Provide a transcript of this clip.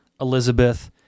Elizabeth